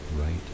right